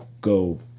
go